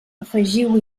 afegiu